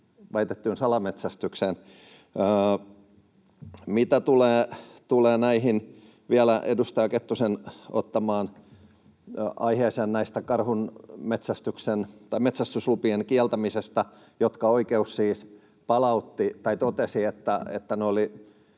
väitettyyn salametsästykseen. Mitä tulee vielä edustaja Kettusen ottamaan aiheeseen karhun metsästyslupien kieltämisestä, kun oikeus siis palautti ne tai totesi, että ne oli